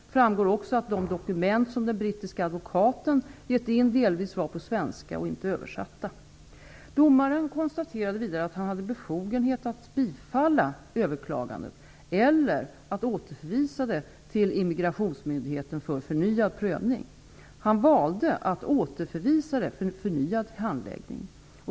Det framgår också att de dokument som den brittiske advokaten gett in delvis var på svenska och inte översatta. Domaren konstaterade vidare att han hade befogenhet att bifalla överklagandet eller att återförvisa ärendet till immigrationsmyndigheten för förnyad prövning. Han valde att återförvisa det för förnyad handläggning.